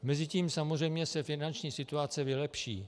Mezitím se samozřejmě finanční situace vylepší.